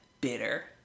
bitter